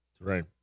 Right